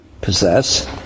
possess